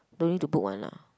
don't need to book one lah